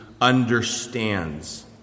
understands